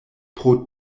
pro